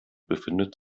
befindet